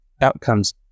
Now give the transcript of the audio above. outcomes